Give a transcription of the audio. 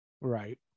Right